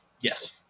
Yes